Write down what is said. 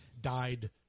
died